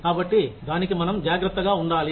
కాబట్టి దాని మనం జాగ్రత్తగా ఉండాలి